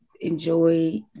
enjoy